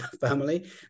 family